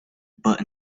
but